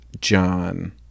John